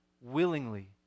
willingly